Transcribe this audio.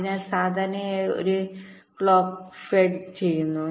അതിനാൽ സാധാരണയായി ഒരേ ക്ലോക്ക് ഫെഡ് ചെയുന്നു